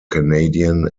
canadian